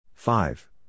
Five